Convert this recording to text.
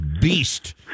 beast